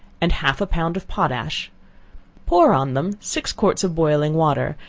and half a pound of potash pour on them six quarts of boiling water,